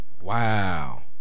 Wow